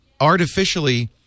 artificially